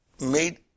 made